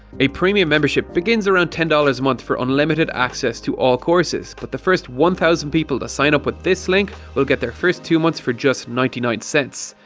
a premium membership begins around ten dollars a month for unlimited access to all courses, but the first one thousand people to sign up with this link will get their first two months for just ninety nine cent